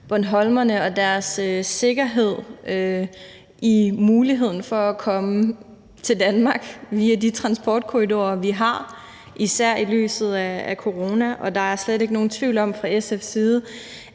bornholmerne og deres sikkerhed i forhold til muligheden for at komme til Danmark via de transportkorridorer, vi har – især i lyset af corona. Der er slet ikke nogen tvivl om fra SF's side,